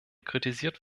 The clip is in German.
kritisiert